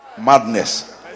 madness